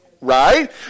right